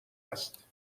است